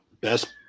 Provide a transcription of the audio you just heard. best